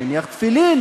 מניח תפילין,